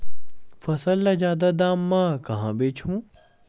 फसल ल जादा दाम म कहां बेचहु?